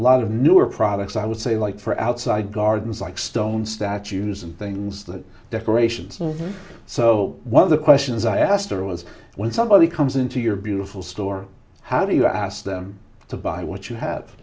lot of newer products i would say like for outside gardens like stone statues and things the decorations and so one of the questions i asked her was when somebody comes into your beautiful store how do you ask them to buy what you have